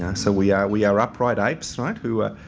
and so, we are we are upright apes, right, who are